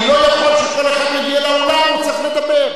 אני לא יכול שכל אחד שמגיע לאולם, הוא צריך לדבר.